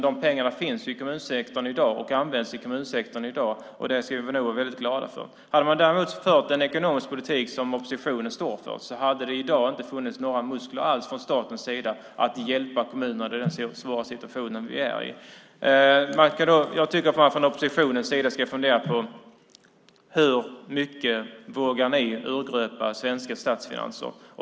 De pengarna finns i kommunsektorn i dag och används i kommunsektorn i dag. Det ska vi nog vara väldigt glada för. Hade vi däremot fört den ekonomiska politik som oppositionen står för hade det i dag inte funnits några muskler alls från statens sida för att hjälpa kommunerna i den svåra situation som de är i. Jag tycker att ni från oppositionens sida ska fundera på detta: Hur mycket vågar ni urgröpa svenska statsfinanser?